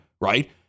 right